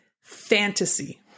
fantasy